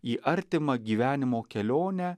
į artimą gyvenimo kelionę